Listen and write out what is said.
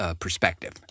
perspective